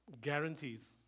guarantees